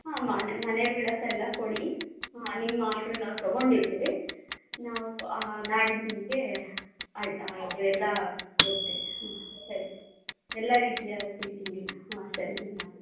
ಹಾಂ ಮನೆ ಮನೆ ವಿಳಾಸ ಎಲ್ಲ ಕೊಡಿ ಹಾಂ ನಿಮ್ಮ ಆರ್ಡ್ರು ನಾವು ತೊಗೊಂಡಿದ್ದೀವಿ ನಾವು ನಾಡಿದ್ದು ನಿಮಗೆ ಐಟ ಅದು ಎಲ್ಲ ಕೊಡ್ತೇವೆ ಹ್ಞೂ ಸರಿ ಎಲ್ಲ ರೀತಿಯ ಸಿಹಿ ತಿಂಡೀನ ಹಾಂ ಸರಿ ಮ್ಯಾಮ್ ಆಯಿತು